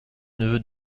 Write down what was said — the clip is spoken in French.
neveu